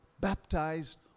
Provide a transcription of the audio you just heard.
baptized